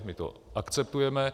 My to akceptujeme.